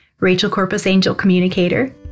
RachelCorpusAngelCommunicator